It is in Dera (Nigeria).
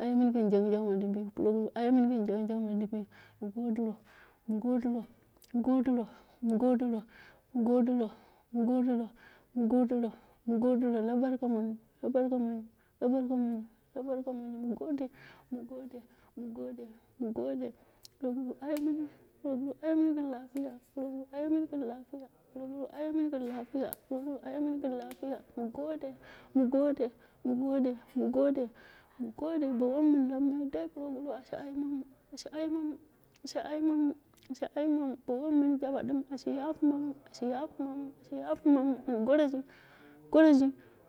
Aye mini gin jang jang mu dimbiyik proguru aye mini gin jang jang mu dimbiyik, mu godiro, mu godiro mu godiro mu godiro mu godiro, mu godiro mu godiro mu godiro, mu godiro, ki barka mundo, la barka mondo, la barka mundo, mu gode, mu gode, mu gode, mu gode, proguru aye mini, proguru aye mini gim lapiya, proguru aye mini gin lapiya, proguru aye mini gin lapiya, proguru aye min gim lapiya proguru aye mini gin lapiya, mu gode, mu gode mu gode mu gode, mu gode, bo wom mun luumui dui proguru ata aimamu boshe, ayemini, loshe ayemini loshie ayemini, bo wom mun jaba dai ashi yape mamu ashi yape mai, ashi yape mamu mira goroji,